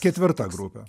ketvirta grupė